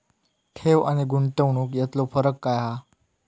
ठेव आनी गुंतवणूक यातलो फरक काय हा?